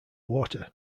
water